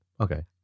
Okay